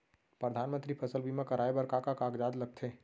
परधानमंतरी फसल बीमा कराये बर का का कागजात लगथे?